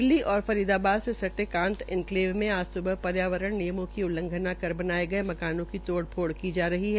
दिल्ली और फरीदाबाद से सटे कांत एनकलेव में आज सुबह से पर्यावरण नियमों की उल्लंघना कर बनाये गये मकानों की तोड़ फोड़ की जा रही है